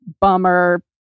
bummer